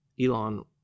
Elon